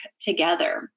together